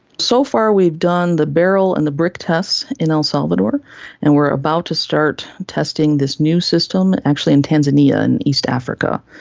so far we've done the barrel and the british tests in el salvador and we about to start testing this new system, actually in tanzania in east africa.